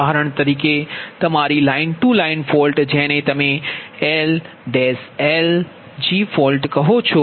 ઉદાહરણ તરીકે તમારી લાઇન ટુ લાઇન ફોલ્ટ જેને તમે L L G કહો છો